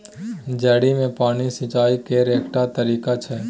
जड़ि मे पानि सिचाई केर एकटा तरीका छै